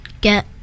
get